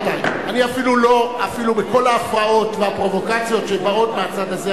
אפילו בכל ההפרעות והפרובוקציות שבאות מהצד הזה,